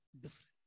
different